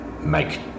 make